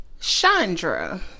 Chandra